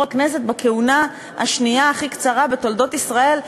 הכנסת בכהונה השנייה הכי קצרה בתולדות ישראל,